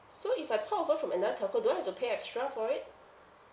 so if I port over from another telco do I have to pay extra for it